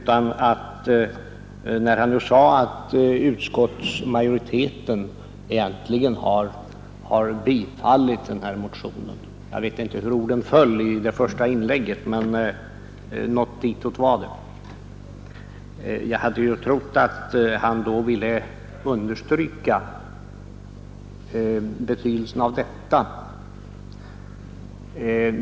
Jag trodde nämligen då han sade att utskottsmajoriteten egentligen har tillstyrkt den här motionen — jag vet inte hur orden föll i hans första inlägg, men något ditåt var det — att han därmed ville understryka betydelsen av detta.